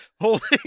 holding